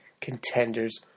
contenders